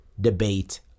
debate